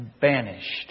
banished